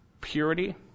purity